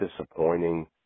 disappointing